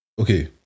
okay